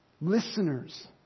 listeners